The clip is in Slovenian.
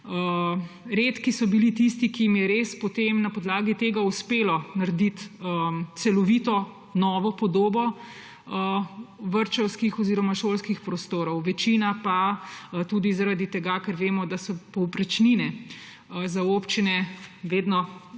Redki so bili tisti, ki jim je res potem na podlagi tega uspelo narediti celovito novo podobo vrtčevskih oziroma šolskih prostorov. Večina pa si tudi zaradi tega, ker vemo, da so povprečnine za občine vedno